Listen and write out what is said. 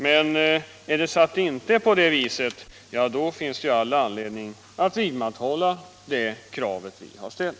Men är det inte på det viset finns det all anledning att vidhålla det krav vi har ställt.